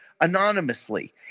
anonymously